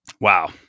Wow